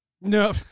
No